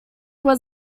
was